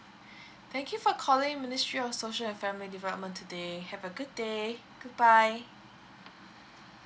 thank you for calling ministry of social and family development today have a good day goodbye